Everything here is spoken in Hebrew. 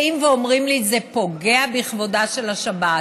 באים ואומרים לי: זה פוגע בכבודה של השבת.